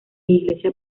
iglesia